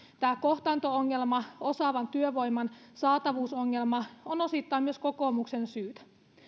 tämä kohtaanto ongelma osaavan työvoiman saatavuusongelma on osittain myös kokoomuksen syytä